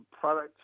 product